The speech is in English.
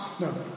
no